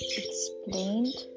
explained